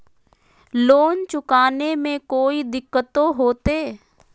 Loan चुकाने में कोई दिक्कतों होते?